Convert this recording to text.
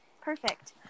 perfect